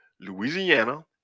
Louisiana